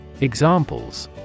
Examples